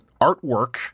artwork